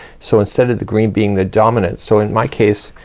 so instead of the green being the dominant, so in my case,